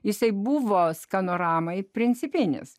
jisai buvo skanoramai principinis